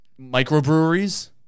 microbreweries